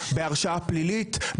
בהרשעה פלילית,